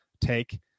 take